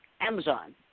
Amazon